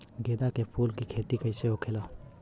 गेंदा के फूल की खेती कैसे होखेला?